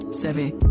seven